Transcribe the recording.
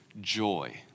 joy